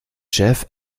jeff